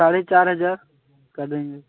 साढ़े चार हज़ार कर देंगे